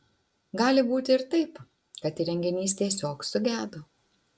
gali būti ir taip kad įrenginys tiesiog sugedo